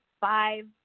five